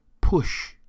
push